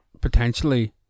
potentially